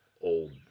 old